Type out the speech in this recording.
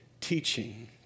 teaching